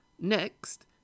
Next